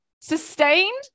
Sustained